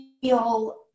feel